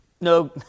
no